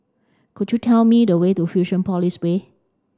could you tell me the way to Fusionopolis Way